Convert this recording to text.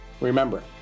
Remember